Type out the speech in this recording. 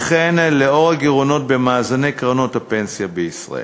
וכן לנוכח הגירעונות במאזני קרנות הפנסיה בישראל,